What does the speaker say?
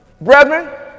Brethren